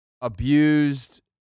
abused